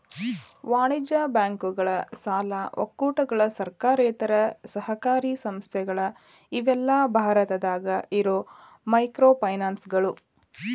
ವಾಣಿಜ್ಯ ಬ್ಯಾಂಕುಗಳ ಸಾಲ ಒಕ್ಕೂಟಗಳ ಸರ್ಕಾರೇತರ ಸಹಕಾರಿ ಸಂಸ್ಥೆಗಳ ಇವೆಲ್ಲಾ ಭಾರತದಾಗ ಇರೋ ಮೈಕ್ರೋಫೈನಾನ್ಸ್ಗಳು